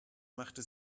machte